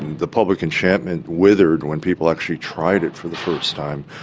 the public enchantment withered when people actually tried it for the first time.